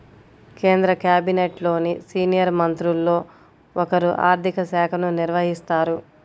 కేంద్ర క్యాబినెట్లోని సీనియర్ మంత్రుల్లో ఒకరు ఆర్ధిక శాఖను నిర్వహిస్తారు